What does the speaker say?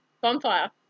Bonfire